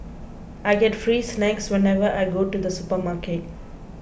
I get free snacks whenever I go to the supermarket